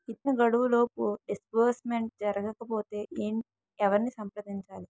ఇచ్చిన గడువులోపు డిస్బర్స్మెంట్ జరగకపోతే ఎవరిని సంప్రదించాలి?